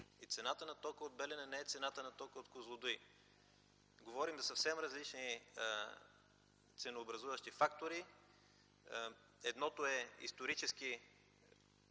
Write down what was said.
и цената на тока от „Белене” – не е цената на тока от „Козлодуй”. Говорим за съвсем различни ценообразуващи фактори. Едното е исторически